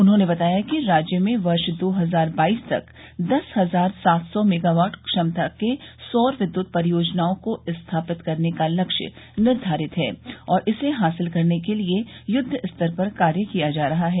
उन्होंने बताया कि राज्य में वर्ष दो हजार बाईस तक दस हजार सात सौ मेगावाट क्षमता के सौर विद्युत परियोजनाओं को स्थापित करने का लक्ष्य निर्धारित है और इसे हासिल करने के लिये युद्ध स्तर पर कार्य किया जा रहा है